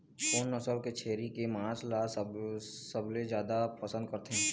कोन नसल के छेरी के मांस ला सबले जादा पसंद करथे?